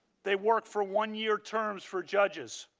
they work for one year terms for judges.